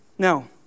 Now